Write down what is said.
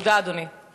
תודה, אדוני.